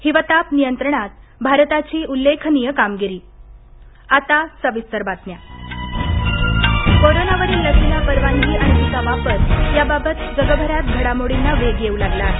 हिवताप नियंत्रणात भारताची उल्लेखनीय कामगिरी कोरोना लस कोरोनावरील लसीला परवानगी आणि तिचा वापर याबाबत जगभरात घडामोडींना वेग येऊ लागला आहे